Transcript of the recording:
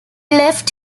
left